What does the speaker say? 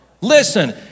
Listen